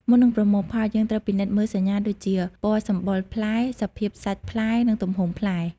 មុននឹងប្រមូលផល យើងត្រូវពិនិត្យមើលសញ្ញាដូចជា ពណ៌សម្បុរផ្លែ សភាពសាច់ផ្លែ និងទំហំផ្លែ។